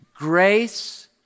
Grace